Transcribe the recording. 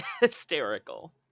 hysterical